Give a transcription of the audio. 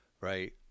right